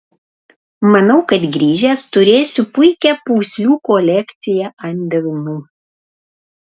manau kad grįžęs turėsiu puikią pūslių kolekciją ant delnų